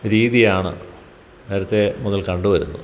രീതിയാണ് നേരത്തെ മുതൽ കണ്ടുവരുന്നത്